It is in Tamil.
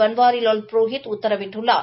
பன்வாரிலால் புரோஹித் உத்தரவிட்டுள்ளார்